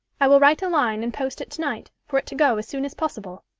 i will write a line and post it to-night, for it to go as soon as possible